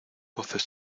voces